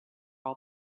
all